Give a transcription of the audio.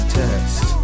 test